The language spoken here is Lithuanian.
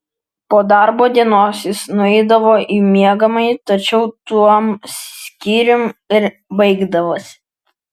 po darbo dienos jis nueidavo į miegamąjį tačiau tuom skyrius ir baigdavosi